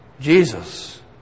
Jesus